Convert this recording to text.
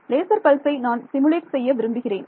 laser பல்சை நான் simulate செய்ய விரும்புகிறேன்